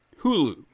Hulu